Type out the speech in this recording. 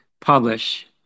publish